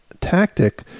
tactic